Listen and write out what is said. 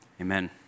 Amen